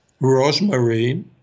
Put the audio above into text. rosemary